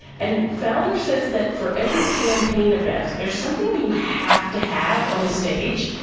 and fowler says that for every campaign event, there's something you have to have on the stage,